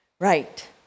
Right